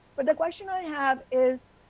but the question i have is